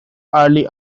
early